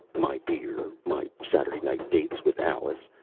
my beer. my saturday night dates with alice.